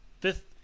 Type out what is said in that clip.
fifth